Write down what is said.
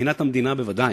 מבחינת המדינה בוודאי: